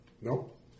Nope